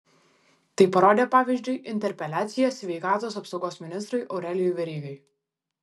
tai parodė pavyzdžiui interpeliacija sveikatos apsaugos ministrui aurelijui verygai